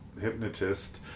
hypnotist